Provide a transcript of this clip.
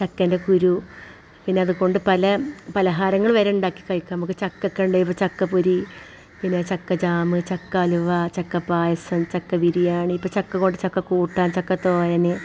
ചക്കേന്റെ കുരു പിന്നെ അത് കൊണ്ട് പല പലഹാരങ്ങൾ വരെ ഉണ്ടാക്കി കഴിക്കുക മുക്ക് ചക്ക കണ്ടു ചക്കപ്പൊരി പിന്നെ ചക്ക ജാം ചക്ക അലുവ ചക്ക പായസം ചക്ക ബിരിയാണി ഇപ്പോൾ ചക്ക കൂട്ടാൻ ചക്ക തോരൻ